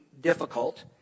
difficult